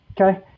Okay